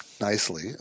nicely